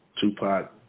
Tupac